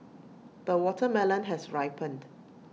the watermelon has ripened